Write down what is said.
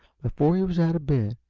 before he was out of bed.